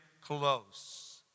close